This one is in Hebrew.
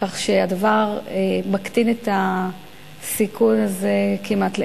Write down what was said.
כך שהדבר מקטין את הסיכון הזה כמעט לאפס.